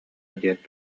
диэт